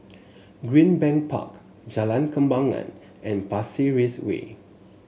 Greenbank Park Jalan Kembangan and Pasir Ris Way